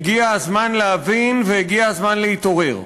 הגיע הזמן להבין והגיע הזמן להתעורר.